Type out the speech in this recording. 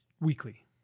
weekly